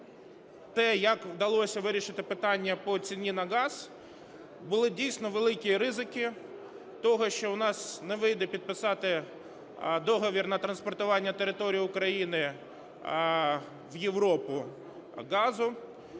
те, як вдалося вирішити питання по ціні на газ, були, дійсно, великі ризики того, що у нас не вийде підписати договір на транспортування територією України в Європу газу,